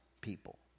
people